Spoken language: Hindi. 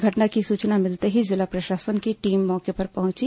घटना की सूचना मिलते ही जिला प्रशासन की टीम मौके पर पहुंची